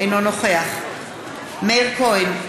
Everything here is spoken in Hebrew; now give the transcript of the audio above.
אינו נוכח מאיר כהן,